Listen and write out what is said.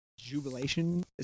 Jubilation